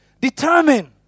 Determine